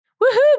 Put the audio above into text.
Woo-hoo